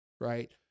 right